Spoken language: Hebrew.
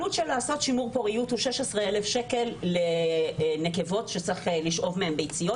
עלות של שימור פוריות היא 16 אלף שקל לנקבות שצריך לשאוב מהן ביציות